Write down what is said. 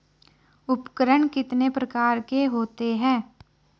उपकरण कितने प्रकार के होते हैं?